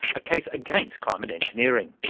a case against climate engineering.